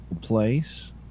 place